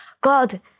God